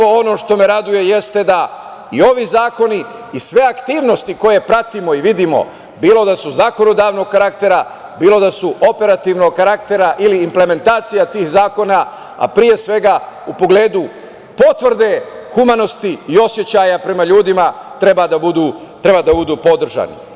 Ono što me raduje jeste da i ovi zakoni i sve aktivnosti koje pratimo i vidimo, bilo da su zakonodavnog karaktera, bilo da su operativnog karaktera ili implementacija tih zakona, a pre svega u pogledu potvrde humanosti i osećaja prema ljudima treba da budu podržani.